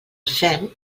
fem